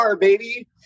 baby